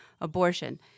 abortion